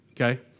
Okay